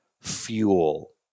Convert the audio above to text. fuel